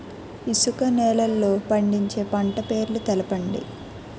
ఇసుక నేలల్లో పండించే పంట పేర్లు తెలపండి?